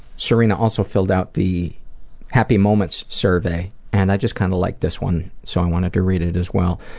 serena also filled out the happy moments survey and i just kind of liked this one so i wanted to read it as well.